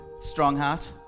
Strongheart